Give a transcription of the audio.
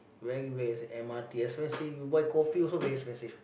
where you get m_r_t expensive you buy coffee also very expensive